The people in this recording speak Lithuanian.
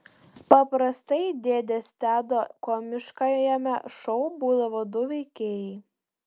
paprastai dėdės tedo komiškajame šou būdavo du veikėjai